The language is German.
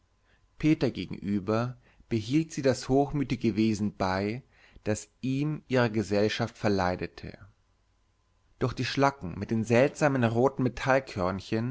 peter gegenüber behielt sie das hochmütige wesen bei das ihm ihre gesellschaft verleidete durch die schlacken mit den seltsamen roten